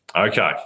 Okay